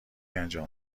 انجام